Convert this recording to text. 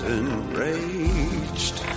enraged